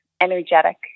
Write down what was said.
energetic